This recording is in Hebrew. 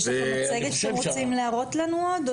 יש לכם מצגת שאתם צריכים להראות לנו עוד?